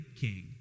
king